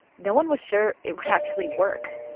no one was sure it would actually work.